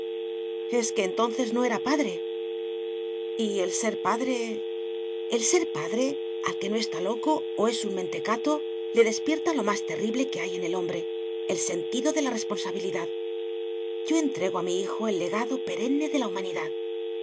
es que entonces no era padre y el ser padre el ser padre al que no está loco o es un mentecato le despierta lo más terrible que hay en el hombre el sentido de la responsabilidad yo entrego a mi hijo el legado perenne de la humanidad